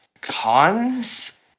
cons